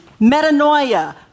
Metanoia